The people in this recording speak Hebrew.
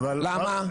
למה?